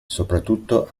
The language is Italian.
soprattutto